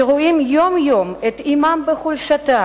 שרואים יום-יום את אמם בחולשתה,